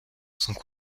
sont